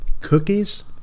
cookies